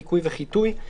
ניקוי וחיטוי.